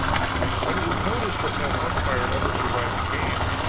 when it was noticed that no umpire ever survived a game,